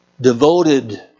devoted